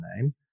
name